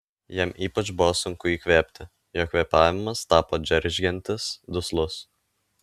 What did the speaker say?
jam ypač buvo sunku įkvėpti jo kvėpavimas tapo džeržgiantis duslus